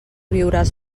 viuràs